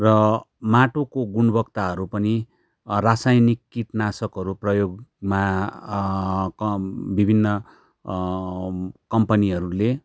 र माटोको गुणवत्ताहरू पनि रसायन किटनाशकहरू प्रयोगमा कम् विभिन्न कम्पनीहरूले